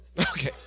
Okay